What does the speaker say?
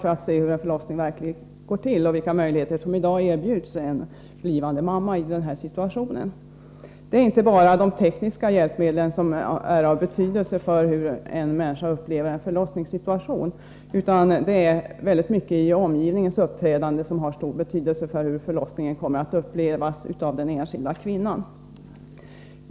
Där kan man se hur en förlossning verkligen går till och vilka möjligheter som i dag erbjuds en blivande mamma i den här situationen. Det är inte bara de tekniska hjälpmedlen som är av betydelse för hur en kvinna upplever en förlossningssituation, utan det är mycket i omgivningens uppträdande som har stor betydelse för hur förlossningen kommer att upplevas av den enskilda kvinnan.